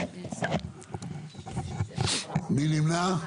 מי נמנע?